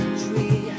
tree